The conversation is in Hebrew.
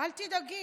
אל תדאגי,